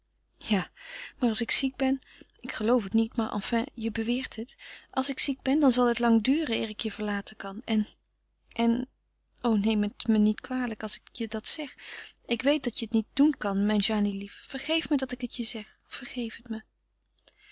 ja maar als ik ziek ben ik geloof het niet maar enfin je beweert het als ik ziek ben dan zal het lang duren eer ik je verlaten kan en en o neem het me niet kwalijk als ik je dat zeg ik weet dat je het niet doen kan mijn jany lief vergeef me dat ik het je zeg vergeef het me